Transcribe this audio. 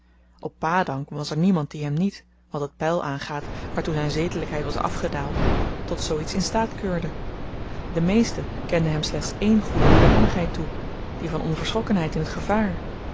op padang was er niemand die hem niet wat het peil aangaat waartoe zyn zedelykheid was afgedaald tot zoo iets in staat keurde de meesten kenden hem slechts één goede hoedanigheid toe die van onverschrokkenheid in t gevaar